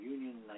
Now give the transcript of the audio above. Union